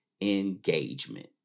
engagement